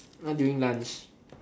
!huh! during lunch